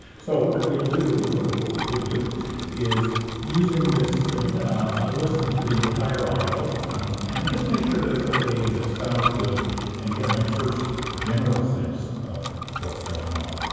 so what we'll do or what we would do is using this thing i listen to the entire audio um and just make sure that it's okay that sounds good and get my first general sense of what's going on.